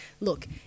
look